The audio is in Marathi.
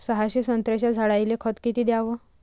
सहाशे संत्र्याच्या झाडायले खत किती घ्याव?